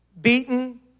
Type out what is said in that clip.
Beaten